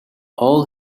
all